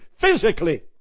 physically